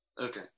Okay